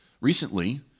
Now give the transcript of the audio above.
Recently